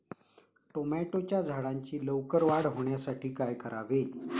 टोमॅटोच्या झाडांची लवकर वाढ होण्यासाठी काय करावे?